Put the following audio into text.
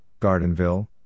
Gardenville